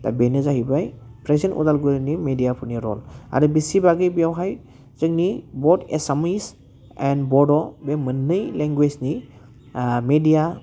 दा बेनो जाहैबाय फ्रेजेन्ट उदालगुरिनि मेडियाफोरनि रल आरो बिसि बागै बेयावहाय जोंनि बथ एसामिस एन्ड बर' बे मोननै लेंगुवेसनि मेडिया